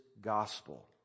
gospel